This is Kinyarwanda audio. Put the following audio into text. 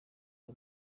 b’u